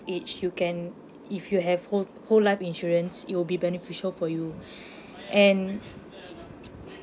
age you can if you have whole whole life insurance it will be beneficial for you and